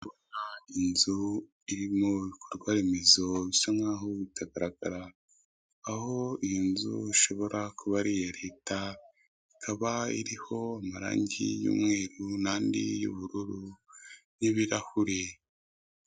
Inzu irimo ibikorwa remezo bisa nkaho bitagaragara, aho iyi nzu ishobora kuba ari iya leta, ikaba iriho amarangi y'umweru n'andi y'ubururu n'ibirahuri.